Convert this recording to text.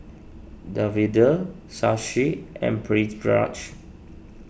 Davinder Shashi and Pritiviraj